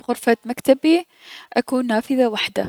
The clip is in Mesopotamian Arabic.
بغرفة مكتبي، اكو نافذة وحدة.